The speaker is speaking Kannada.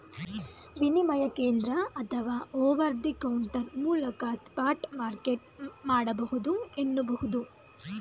ವಿನಿಮಯ ಕೇಂದ್ರ ಅಥವಾ ಓವರ್ ದಿ ಕೌಂಟರ್ ಮೂಲಕ ಸ್ಪಾಟ್ ಮಾರ್ಕೆಟ್ ಮಾಡಬಹುದು ಎನ್ನುಬಹುದು